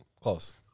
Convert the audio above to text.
Close